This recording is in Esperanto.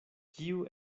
kiu